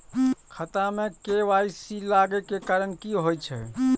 खाता मे के.वाई.सी लागै के कारण की होय छै?